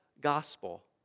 gospel